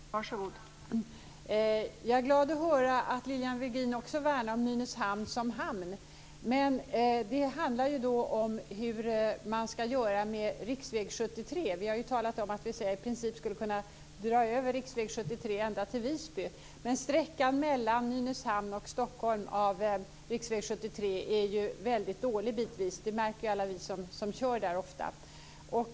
Fru talman! Jag är glad över att höra att Lilian Virgin också värnar om Nynäshamn som hamn. Men det handlar ju då om hur man ska göra med riksväg 73. Vi har ju talat om att vi i princip skulle kunna dra över riksväg 73 ända till Visby. Men sträckan mellan Nynäshamn och Stockholm på riksväg 73 är ju bitvis väldigt dålig. Det märker alla vi som ofta kör där.